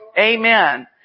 Amen